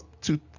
two